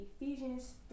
Ephesians